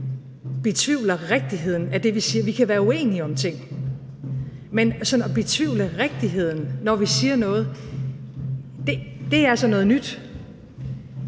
betvivler rigtigheden af det, vi siger. Vi kan være uenige om ting, men sådan at betvivle rigtigheden, når vi siger noget, er altså noget nyt.